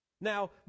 Now